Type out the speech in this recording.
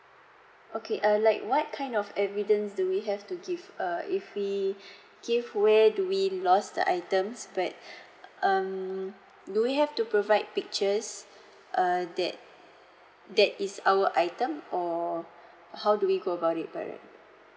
okay uh like what kind of evidence do we have to give err if we give where do we lost the items but um do we have to provide pictures err that that is our item or how do we go about it by right